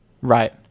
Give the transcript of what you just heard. Right